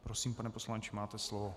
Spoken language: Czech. Prosím, pane poslanče, máte slovo.